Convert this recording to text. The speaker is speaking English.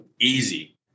easy